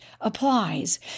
applies